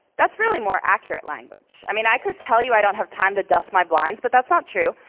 that's really more accurate language. i mean i could tell you i don't have time to dust my blinds, but that's not true.